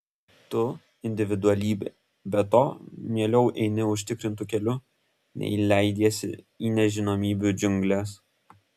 tu individualybė be to mieliau eini užtikrintu keliu nei leidiesi į nežinomybių džiungles